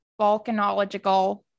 volcanological